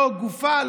לא גופה,